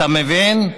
אתה מבין?